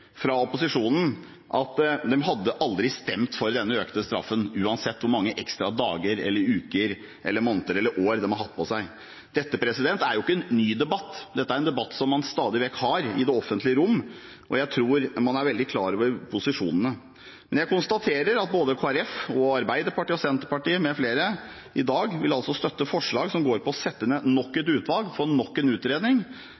fra opposisjonen at de aldri ville stemt for denne økte straffen, uansett hvor mange ekstra dager, uker, måneder eller år de hadde hatt. Dette er ikke en ny debatt. Det er en debatt man stadig vekk har i det offentlige rom. Jeg tror man er veldig klar over posisjonene. Men jeg konstaterer at Kristelig Folkeparti, Arbeiderpartiet og Senterpartiet m.fl. i dag vil støtte et forslag som går på sette ned nok